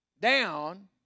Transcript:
down